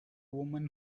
women